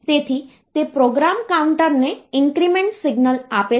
તેથી તે પ્રોગ્રામ કાઉન્ટરને ઇન્ક્રીમેન્ટ સિગ્નલ આપે છે